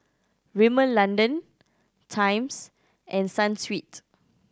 Rimmel London Times and Sunsweet